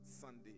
Sunday